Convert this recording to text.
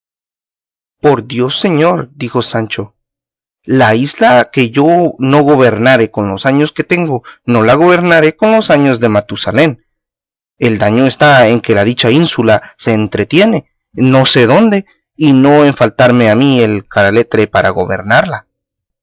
por dios señor dijo sancho la isla que yo no gobernase con los años que tengo no la gobernaré con los años de matusalén el daño está en que la dicha ínsula se entretiene no sé dónde y no en faltarme a mí el caletre para gobernarla